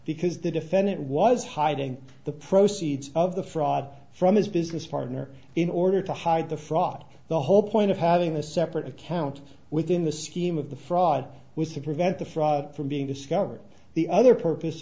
because the defendant was hiding the proceeds of the fraud from his business partner in order to hide the fraud the whole point of having a separate account within the scheme of the fraud was to prevent the fraud from being discovered the other purpose